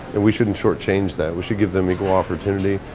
and we shouldn't shortchange that. we should give them equal opportunity.